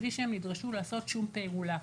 בלי שהם נדרשו לעשות שום פעולה.